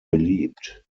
beliebt